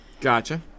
Gotcha